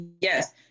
Yes